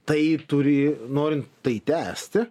tai turi norint tai tęsti